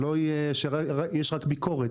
שלא יהיה שיש רק ביקורת.